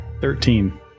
Thirteen